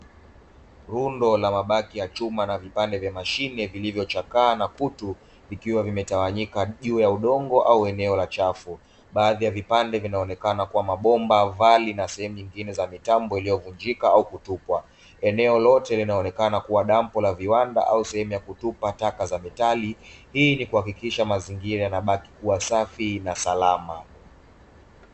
Rundo la mabati ya chuma na vipande vya mashine vilivyochakaa na kutu, vikiwa vimetawanyika juu ya udongo au eneo la uchafu. Baadhi ya vipande vinaonekana kuwa na mabomba, vali na sehemu nyingine za mitambo iliyovunjika, au kutupwa. Eneo lote linaonekana kuwa dampo la viwanda au sehemu ya kutupa taka za "metali". Hii ni kuhakikisha mazingira yanabaki kuwa safi na salama.